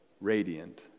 radiant